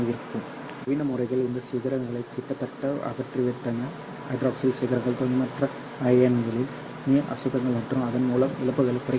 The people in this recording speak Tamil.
உண்மையில் நவீன முறைகள் இந்த சிகரங்களை கிட்டத்தட்ட அகற்றிவிட்டன ஹைட்ராக்ஸில் சிகரங்கள் தூய்மையற்ற அயனிகள் நீர் அசுத்தங்கள் மற்றும் அதன் மூலம் இழப்புகளைக் குறைக்கின்றன